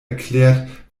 erklärt